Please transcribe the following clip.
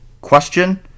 question